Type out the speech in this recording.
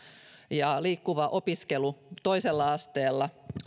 liikkuva opiskelu toisella asteella